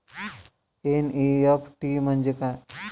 NEFT म्हणजे काय?